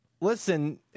listen